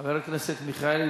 חבר הכנסת מיכאלי,